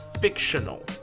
fictional